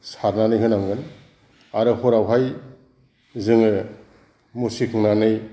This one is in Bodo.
सारनानै होनांगोन आरो हरावहाय जोङो मुस्रि बोनानै